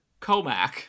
Comac